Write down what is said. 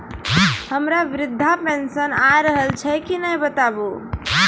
हमर वृद्धा पेंशन आय रहल छै कि नैय बताबू?